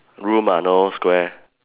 room ah no square